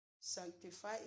Sanctify